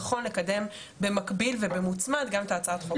נכון לקדם במקביל ובמוצמד גם את הצעת החוק הפלילי.